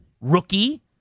Rookie